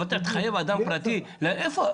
אבל אתה תחייב אדם פרטי להגיש הצהרה?